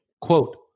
Quote